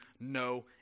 no